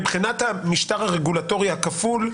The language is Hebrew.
מבחינת המשטר הרגולטורי הכפול,